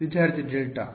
ವಿದ್ಯಾರ್ಥಿ ಡೆಲ್ಟಾ